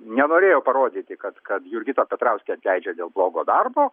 nenorėjo parodyti kad kad jurgitą petrauskienę atleidžia dėl blogo darbo